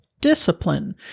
discipline